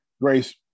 Grace